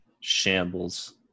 shambles